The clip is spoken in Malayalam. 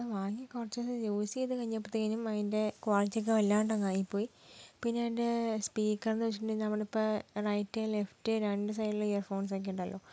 അത് വാങ്ങി കുറച്ച് ദിവസം യൂസ് ചെയ്ത് കഴിഞ്ഞപ്പോഴത്തേനും അതിൻ്റെ ക്വാളിറ്റിയൊക്കെ വല്ലാണ്ടങ്ങായിപ്പോയി പിന്നെ അതിൻ്റെ സ്പീക്കറെന്ന് വെച്ചിട്ടുണ്ടെങ്കിൽ നമ്മുടെ ഇപ്പോൾ നമ്മുടെ റൈറ്റ് ലെഫ്റ്റ് രണ്ട് സൈഡിൽ ഇയർ ഫോൺസൊക്കെയുണ്ടല്ലോ